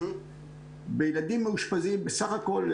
בילדים מאושפזים בסך הכול,